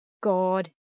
God